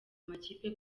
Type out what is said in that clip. amakipe